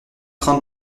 train